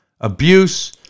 abuse